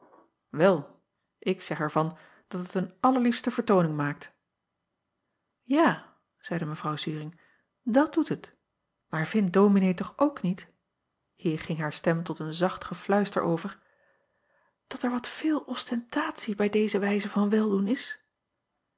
wel ik zeg er van dat het een allerliefste vertooning maakt a zeide w uring dat doet het maar vindt ominee toch ook niet hier ging haar stem tot een zacht gefluister over dat er wat veel ostentatie bij deze wijze van weldoen is